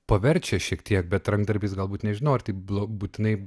paverčia šiek tiek bet rankdarbiais galbūt nežinau ar tik blo būtinai